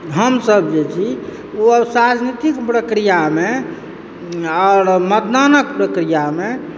हमसभ जे छी ओ आब सार्वनीतिक प्रक्रियामे आओर मतदानक प्रक्रियामे